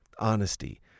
Honesty